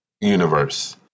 universe